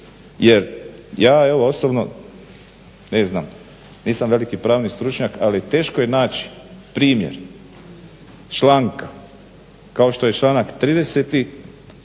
Jer ja evo osobno ne znam, nisam veliki pravni stručnjak ali teško je naći primjer članka kao što je članak 30.